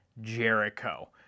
Jericho